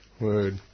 Word